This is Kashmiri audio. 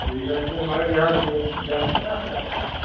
ٹھیٖکھ حظ چھُ مَگر یہِ حظ یہِ بیٚلٹ چھُ حظ اَتھ منٛز